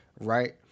right